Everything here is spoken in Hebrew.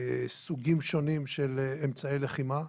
סוגים שונים של אמצעי לחימה,